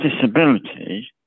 disability